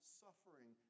suffering